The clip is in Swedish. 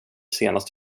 senast